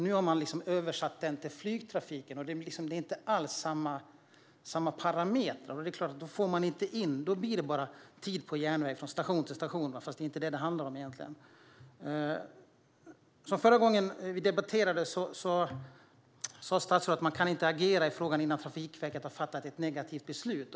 Nu har man liksom översatt den till flygtrafiken, men det är inte alls samma parametrar. Då blir det bara tid på järnväg, från station till station, fast det egentligen inte är det som det handlar om. Förra gången vi debatterade detta sa statsrådet att man inte kan agera i frågan innan Trafikverket har fattat ett negativt beslut.